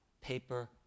paper